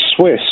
Swiss